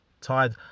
tired